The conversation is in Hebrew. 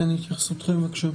התייחסותכם בבקשה.